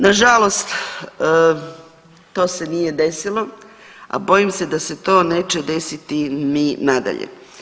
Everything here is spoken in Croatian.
Nažalost, to se nije desilo, a bojim se da se to neće desiti ni nadalje.